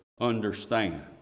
understand